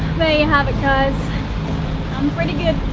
there you have it guys i'm pretty good.